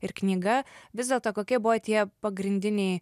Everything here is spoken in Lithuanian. ir knyga vis dėlto kokie buvo tie pagrindiniai